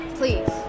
please